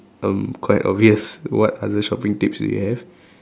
um quite obvious what other shopping tips that you have